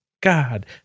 God